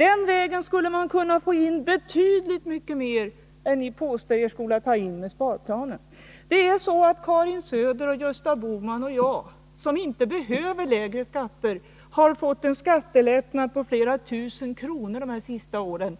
Den vägen skulle man kunna få in betydligt mer än ni påstår er skola ta in med hjälp av sparplanen. Karin Söder, Gösta Bohman och jag, som inte behöver få lägre skatter, har fått skattelättnader på flera tusen kronor under de senaste åren.